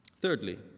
Thirdly